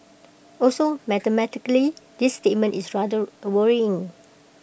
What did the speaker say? also mathematically this statement is rather worrying